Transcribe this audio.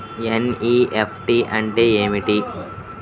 NEFT అంటే ఏమిటీ?